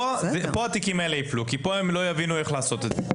כאן התיקים האלה יפלו כי כאן הם לא יבינו איך לעשות את זה.